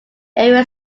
area